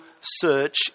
search